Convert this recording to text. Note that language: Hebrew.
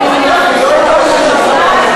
יש לכל אחד זכות למחוק אותנו?